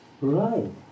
right